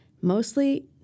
mostly